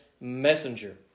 messenger